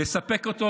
אז הטענה היא שלא